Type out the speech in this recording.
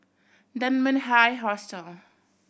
Dunmaned High Hostel